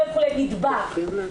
נדבק,